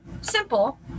simple